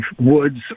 woods